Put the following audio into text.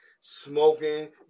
smoking